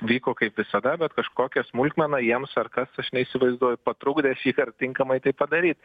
vyko kaip visada bet kažkokia smulkmena jiems ar kas aš neįsivaizduoju patrukdė šįkart tinkamai tai padaryt